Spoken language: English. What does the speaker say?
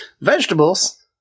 Vegetables